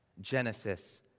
Genesis